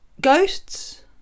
ghosts